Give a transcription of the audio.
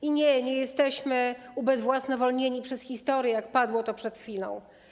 I nie, nie jesteśmy ubezwłasnowolnieni przez historię, jak padło przed chwilą.